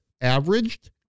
averaged